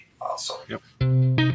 Awesome